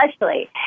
Leslie